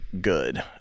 good